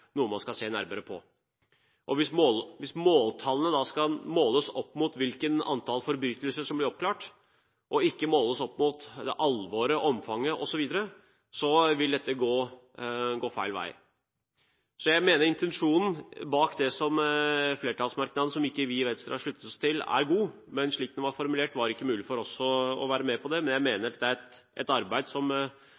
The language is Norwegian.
noe man skal se nærmere på. Hvis måltallene skal måles opp mot hvilket antall forbrytelser som blir oppklart, og ikke måles opp mot alvoret, omfanget osv., vil dette gå feil vei. Jeg mener at intensjonen bak den flertallsmerknaden som vi i Venstre ikke har sluttet oss til, er god, men slik den var formulert, var det ikke mulig for oss å være med på den. Men jeg mener